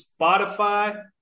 Spotify